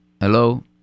hello